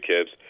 kids